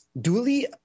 duly